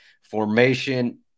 formation